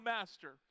Master